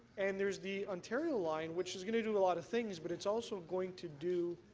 and there's the ontario line which is going to do a lot things but it's also going to do